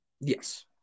Yes